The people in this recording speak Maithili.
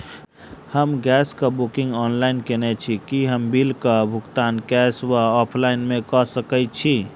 हम गैस कऽ बुकिंग ऑनलाइन केने छी, की हम बिल कऽ भुगतान कैश वा ऑफलाइन मे कऽ सकय छी?